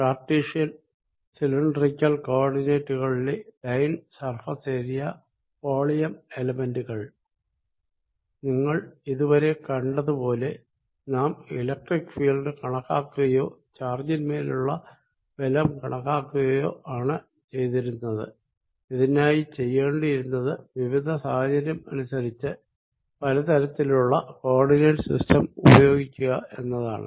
Cartesian cylindrical കോ ഓർഡിനേറ്റുകളിലെ line surface area volume എലെമെന്റുകൾ നിങ്ങൾ ഇത് വരെ കണ്ടത് പോലെ നാം ഇലക്ട്രിക്ക് ഫീൽഡ് കണക്കാക്കുകയോ ചാർജിൻമേലുള്ള ബലം കണക്കാക്കുകയോ ആണ് ചെയ്തിരുന്നത് ഇതിന്നായി ചെയ്യേണ്ടിയിരുന്നത് വിവിധ സാഹചര്യം അനുസരിച്ച് പല തരത്തിലുള്ള കോ ഓർഡിനേറ്റ് സിസ്റ്റം ഉപയോഗിക്കുക എന്നതാണ്